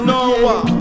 Noah